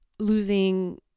losing